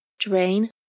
Drain